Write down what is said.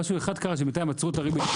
משהו אחד קרה, שבינתיים עצרו את הריבית.